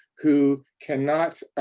who cannot